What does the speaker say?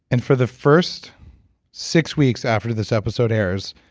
and for the first six weeks after this episode airs,